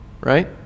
right